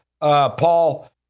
Paul